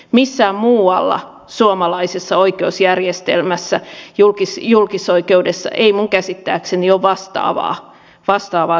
missään muualla suomalaisessa oikeusjärjestelmässä julkisoikeudessa ei minun käsittääkseni ole vastaavaa systeemiä